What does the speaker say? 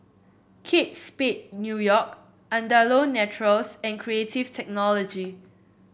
Kate Spade New York Andalou Naturals and Creative Technology